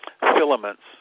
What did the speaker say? filaments